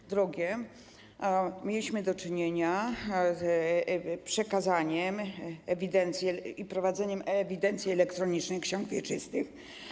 Po drugie, mieliśmy do czynienia z przekazaniem ewidencji i wprowadzeniem ewidencji elektronicznej ksiąg wieczystych.